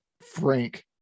frank